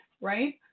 right